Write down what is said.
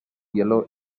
yellow